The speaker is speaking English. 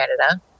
Canada